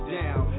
down